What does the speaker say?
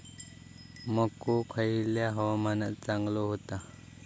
मको खयल्या हवामानात चांगलो होता?